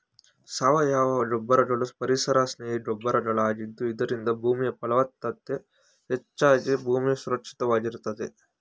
ಸಾವಯವ ಗೊಬ್ಬರಗಳು ಪರಿಸರ ಸ್ನೇಹಿ ಗೊಬ್ಬರಗಳ ಆಗಿದ್ದು ಇದರಿಂದ ಭೂಮಿಯ ಫಲವತ್ತತೆ ಹೆಚ್ಚಾಗಿ ಭೂಮಿ ಸುರಕ್ಷಿತವಾಗಿರುತ್ತದೆ